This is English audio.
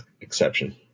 exception